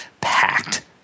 packed